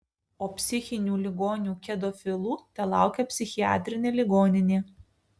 o psichinių ligonių kedofilų telaukia psichiatrinė ligoninė